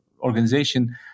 organization